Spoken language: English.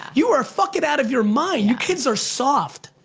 you are fucking out of your mind, your kids are soft.